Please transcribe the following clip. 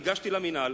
ניגשתי למינהל,